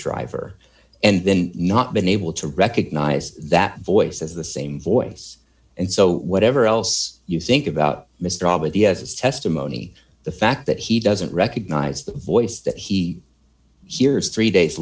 driver and then not been able to recognize that voice as the same voice and so whatever else you think about mr robert the as his testimony the fact that he doesn't recognize the voice that he hears three days